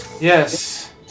Yes